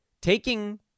taking